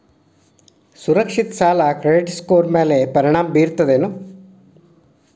ಸುರಕ್ಷಿತ ಸಾಲ credit score ಮ್ಯಾಲೆ ಪರಿಣಾಮ ಬೇರುತ್ತೇನ್